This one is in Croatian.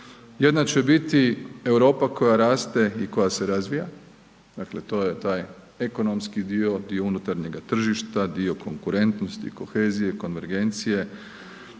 jedna će biti Europa koja raste i koja se razvija, dakle to je taj ekonomski dio, dio unutarnjega tržišta, dio konkurentnosti, kohezije, konvergencije,